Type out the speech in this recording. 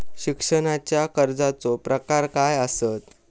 शिक्षणाच्या कर्जाचो प्रकार काय आसत?